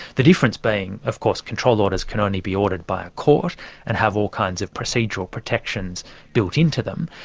the difference being, of course control orders can only be ordered by a court and have all kinds of procedural protections built into them,